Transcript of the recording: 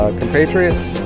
compatriots